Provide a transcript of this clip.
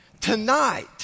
Tonight